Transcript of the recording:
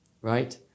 right